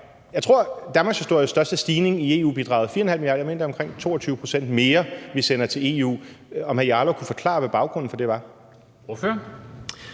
jeg tror, det er danmarkshistoriens største stigning i EU-bidraget. Det er 4,5 mia. kr., og jeg mener, det er omkring 22 pct. mere, vi sender til EU. Kan Hr. Rasmus Jarlov forklare, hvad baggrunden for det er?